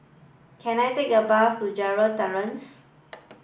can I take a bus to Gerald Terrace